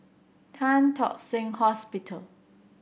Tan Tock Seng Hospital